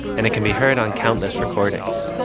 and it can be heard on countless recordings.